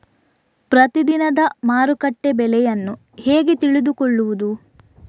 ಪ್ರತಿದಿನದ ಮಾರುಕಟ್ಟೆ ಬೆಲೆಯನ್ನು ಹೇಗೆ ತಿಳಿದುಕೊಳ್ಳುವುದು?